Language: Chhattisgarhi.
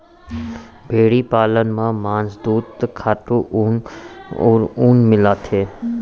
भेड़ी पालन म मांस, दूद, खातू अउ ऊन मिलथे